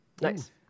nice